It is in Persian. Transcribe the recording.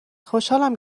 خوشحالم